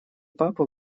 папы